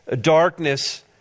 darkness